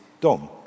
Dom